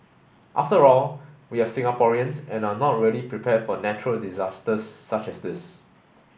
after all we're Singaporeans and are not really prepared for natural disasters such as this